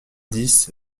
dix